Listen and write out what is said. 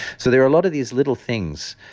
so there are a lot of these little things